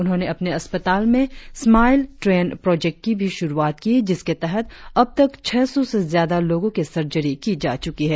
उन्होंने अपने अस्पताल में स्माइल ट्रेन प्रोजेक्ट की भी शुरुआत की जिसके तहत अबतक छह सौ से ज्यादा लोगों की सर्जरी की जा चुकी है